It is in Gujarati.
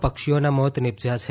પક્ષીઓના મોત નિપજ્યાં છે